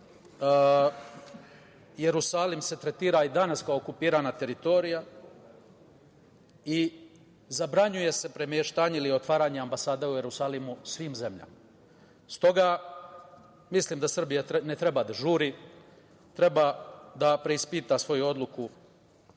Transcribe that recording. Jerusalim se tretira i danas kao okupirana teritorija i zabranjuje se premeštanje ili otvaranje ambasade u Jerusalimu svim zemljama. Stoga, mislim da Srbija ne treba da žuri, treba da preispita svoju odluku